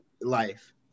life